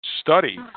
Study